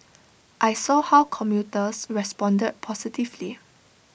I saw how commuters responded positively